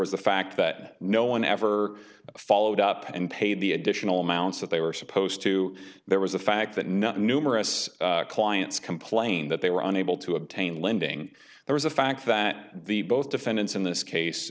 was the fact that no one ever followed up and paid the additional amounts that they were supposed to there was the fact that nothing numerous clients complain that they were unable to obtain lending there was a fact that the both defendants in this case